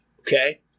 okay